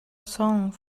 song